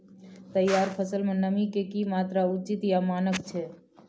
तैयार फसल में नमी के की मात्रा उचित या मानक छै?